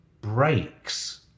breaks